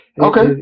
Okay